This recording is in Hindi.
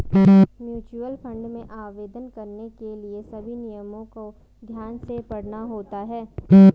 म्यूचुअल फंड में आवेदन करने के लिए सभी नियमों को ध्यान से पढ़ना होता है